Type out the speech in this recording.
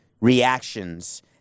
reactions